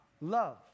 love